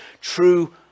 true